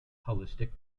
holistic